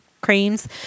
creams